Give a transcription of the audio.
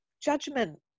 judgment